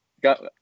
got –